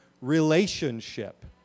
relationship